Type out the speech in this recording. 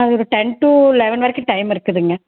காலையில் ஒரு ten to eleven வரைக்கும் டைம் இருக்குதுங்க